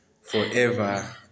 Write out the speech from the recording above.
forever